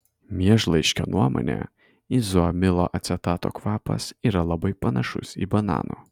miežlaiškio nuomone izoamilo acetato kvapas yra labai panašus į bananų